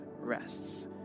rests